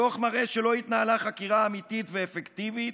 הדוח מראה שלא התנהלה חקירה אמיתית ואפקטיבית,